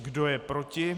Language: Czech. Kdo je proti?